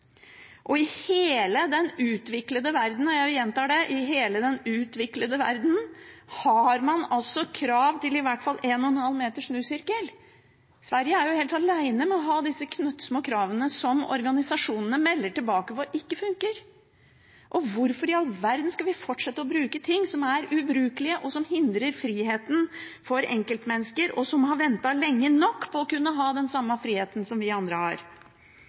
I hele den utviklede verden – jeg vil gjenta det: i hele den utviklede verden – har man krav til i hvert fall 1,5 meter snusirkel. Sverige er jo helt alene om å ha disse knøttsmå kravene, som organisasjonene melder tilbake om at ikke funker. Og hvorfor i all verden skal vi fortsette å bruke ting som er ubrukelige, og som hindrer friheten for enkeltmennesker, som har ventet lenge nok på å kunne ha den samme friheten som vi andre har? Hvor lenge skal de måtte høre at det er for dyrt? Jeg har